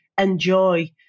enjoy